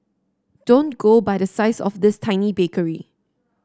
don't go by the size of this tiny bakery